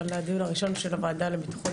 אבל הדיון הראשון של הוועדה לביטחון